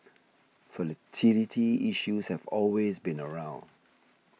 fertility issues have always been around